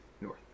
north